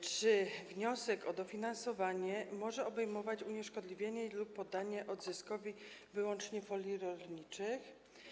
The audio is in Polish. Czy wniosek o dofinansowanie może obejmować unieszkodliwienie lub poddanie odzyskowi wyłącznie folii rolniczych?